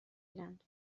گیرند